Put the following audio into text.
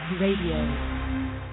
Radio